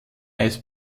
eis